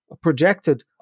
projected